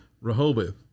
Rehoboth